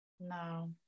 no